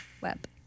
Web